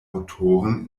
autoren